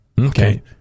Okay